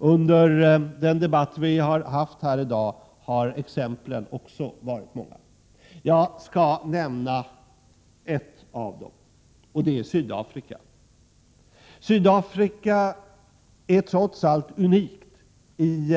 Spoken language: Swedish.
Under den debatt vi har haft här i dag har exemplen också varit många. Jag skall nämna ett av dem, nämligen Sydafrika. Sydafrika är trots allt unikt i